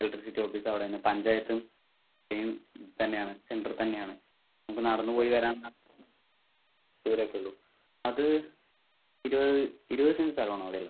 electricity office അവിടെ ആണ് പഞ്ചായത്തും സേം തന്നെയാണ് സെൻറ്ററിൽ തന്നെ ആണ് നമുക്ക് നടന്ന് പോയി വരാൻ ഉള്ള ദൂരം ഒക്കെ ഉള്ളൂ അത് ഇരുപത് ഇരുപത് സെന്റ് സ്ഥലം ആണ് അത്